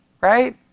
Right